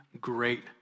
great